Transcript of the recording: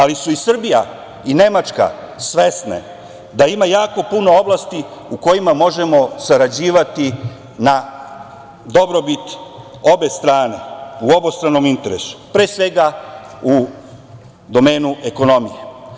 Ali su i Srbija i Nemačka svesne da ima puno oblasti u kojima možemo sarađivati na dobrobit obe strane, u obostranom interesu, pre svega u domenu ekonomije.